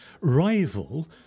rival